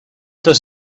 does